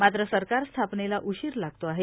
मात्र सरकार स्थापनेला उशीर लागतो आहे